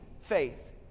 faith